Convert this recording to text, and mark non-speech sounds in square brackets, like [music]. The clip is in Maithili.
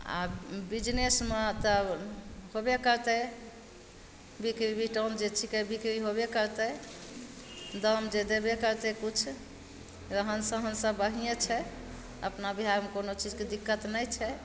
आ बिजनेसमे तऽ होबे करतै [unintelligible] बिकरी होबे करतै दाम जे देबे करतै किछु रहन सहन सब बढियें छै अपना बिहारमे कोनो चीजके दिक्कत नहि छै